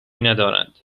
ندارند